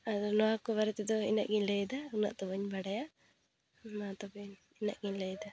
ᱟᱫᱚ ᱱᱚᱣᱟ ᱠᱚ ᱵᱟᱨᱮᱛᱮᱫᱚ ᱤᱱᱟᱹᱜ ᱜᱮᱧ ᱞᱟᱹᱭᱮᱫᱟ ᱩᱱᱟᱹᱜ ᱫᱚ ᱵᱟᱹᱧ ᱵᱟᱰᱟᱭᱟ ᱢᱟ ᱛᱚᱵᱮ ᱤᱱᱟᱹᱜ ᱜᱮᱧ ᱞᱟᱹᱭᱮᱫᱟ